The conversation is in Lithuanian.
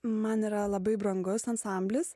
man yra labai brangus ansamblis